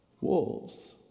wolves